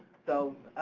so,